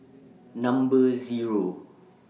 Number Zero